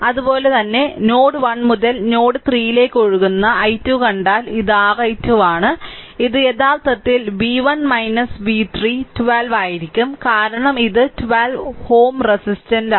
അതുപോലെ തന്നെ നോഡ് 1 മുതൽ നോഡ് 3 ലേക്ക് ഒഴുകുന്ന i 2 കണ്ടാൽ ഇത് r i 2 ആണ് ഇത് യഥാർത്ഥത്തിൽ v1 v3 12 ആയിരിക്കും കാരണം ഇത് 12 Ω റെസിസ്റ്ററാണ്